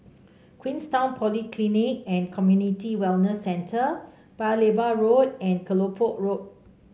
Queenstown Polyclinic and Community Wellness Centre Paya Lebar Road and Kelopak Road